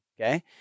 okay